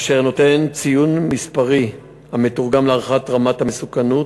אשר נותן ציון מספרי המתורגם להערכת רמת המסוכנות,